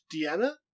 Deanna